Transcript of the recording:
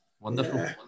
Wonderful